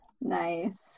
nice